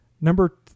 Number